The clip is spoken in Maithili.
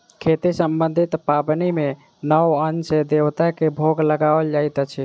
खेती सम्बन्धी पाबनि मे नव अन्न सॅ देवता के भोग लगाओल जाइत अछि